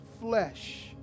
flesh